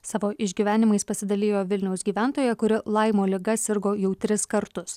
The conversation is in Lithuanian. savo išgyvenimais pasidalijo vilniaus gyventoja kuri laimo liga sirgo jau tris kartus